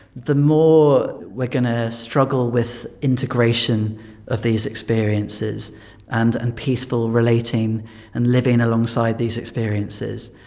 the more we are going ah struggle with integration of these experiences and and peaceful relating and living alongside these experiences.